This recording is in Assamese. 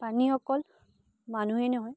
পানী অকল মানুহেই নহয়